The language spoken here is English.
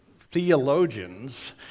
theologians